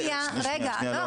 שנייה.